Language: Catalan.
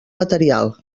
material